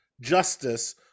justice